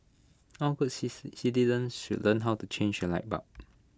all good citizens should learn how to change A light bulb